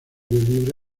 libre